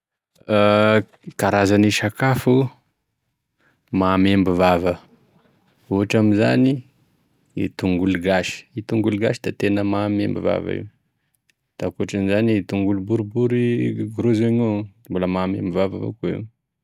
Karazan'e sakafo maha membo vava, ohatra amizany e tongolo gasy, e tongolo gasy da tena maha membo vava io, da akoatrin'izany e tongolo boribory gros oignon, mbola maha membo vava avao koa io.